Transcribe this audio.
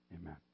amen